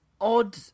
odd